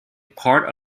part